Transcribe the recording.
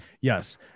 Yes